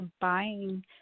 buying